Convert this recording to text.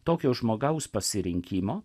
tokio žmogaus pasirinkimo